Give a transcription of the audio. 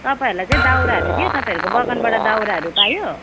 तपाईँहरूलाई चाहिँ दाउराहरू दियो तपाईँहरू बगानबाट दाउराहरू पायो